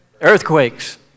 Earthquakes